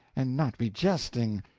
and not be jesting.